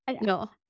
no